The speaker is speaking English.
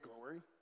glory